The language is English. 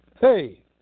hey